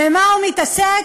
במה הוא מתעסק?